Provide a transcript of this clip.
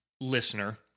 listener